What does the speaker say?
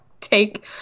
take